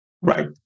Right